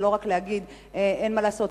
ולא רק להגיד: אין מה לעשות,